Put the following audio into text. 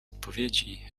odpowiedzi